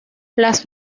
las